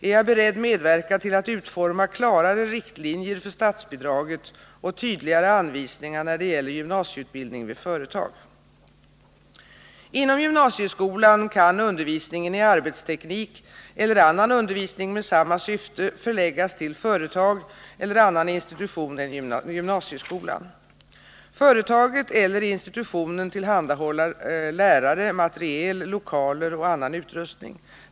Är jag beredd medverka till att utforma klarare riktlinjer för statsbidraget och tydligare anvisningar när det gäller gymnasieutbildning vid företag? Inom gymnasieskolan kan undervisningen i arbetsteknik eller annan undervisning med samma syfte förläggas till företag eller annan institution än gymnasieskolan. Företaget eller institutionen tillhandahåller lärare, materiel, lokaler och annan utrustning.